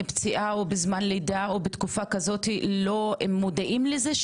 הם מודעים לזה שלא ינכו להם את כספי הפיקדון,